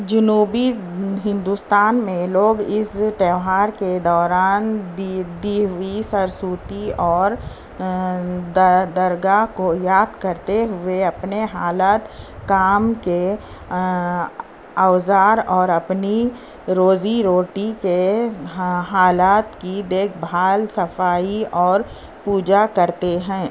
جنوبی ہندوستان میں لوگ اس تیوہار کے دوران دی دی سرسوتی اور درگاہ کو یاد کرتے ہوئے اپنے حالات کام کے اوزار اور اپنی روزی روٹی کے حالات کی دیکھ بھال صفائی اور پوجا کرتے ہیں